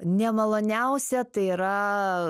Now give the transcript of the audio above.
nemaloniausia tai yra